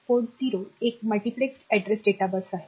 port 0 एक multiplexed addressed data bus आहे